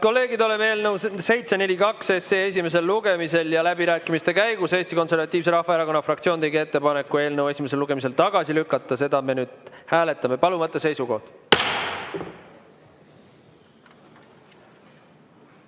kolleegid, oleme eelnõu 742 esimesel lugemisel. Läbirääkimiste käigus Eesti Konservatiivse Rahvaerakonna fraktsioon tegi ettepaneku eelnõu esimesel lugemisel tagasi lükata. Seda me nüüd hääletame. Palun võtta seisukoht!